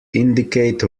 indicate